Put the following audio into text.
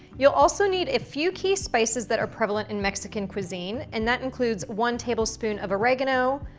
you'll also need a few key spices that are prevalent in mexican cuisine and that includes one tablespoon of oregano,